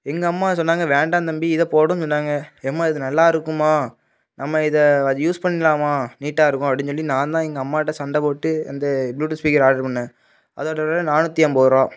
எங்கள் அம்மா சொன்னாங்க வேண்டாம் தம்பி இதை போடுன்னு சொன்னாங்க ஏம்மா இது நல்லா இருக்கும்மா நம்ம இதை யூஸ் பண்ணலாம்மா நீட்டாக இருக்கும் அப்டின்னு சொல்லி நாந்தான் எங்கள் அம்மாட்டே சண்டை போட்டு இந்த ப்ளூடூத் ஸ்பீக்கர் ஆட்ரு பண்ணேன் அதோட வெலை நானூற்றி ஐம்பது ரூவா